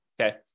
okay